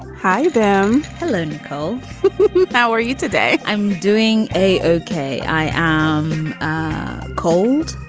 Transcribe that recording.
high them hillen coal power you today. i'm doing a ok. i am cold.